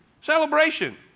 Celebration